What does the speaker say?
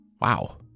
Wow